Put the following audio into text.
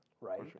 right